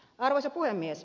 arvoisa puhemies